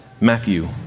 Matthew